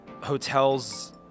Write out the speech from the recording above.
hotels